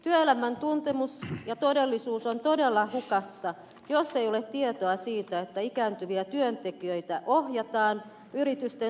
työelämän tuntemus ja todellisuus on todella hukassa jos ei ole tietoa siitä että ikääntyviä työntekijöitä ohjataan yritysten säästötalkoissa eläkkeelle